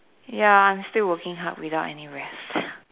ya I'm still working hard without any rest